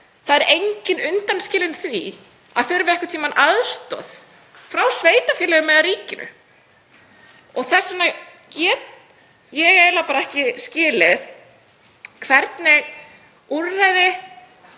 Það er enginn undanskilinn því að þurfa einhvern tímann aðstoð frá sveitarfélögum eða ríkinu. Þess vegna get ég ekki skilið hvernig úrræði